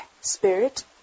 spirit